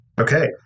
Okay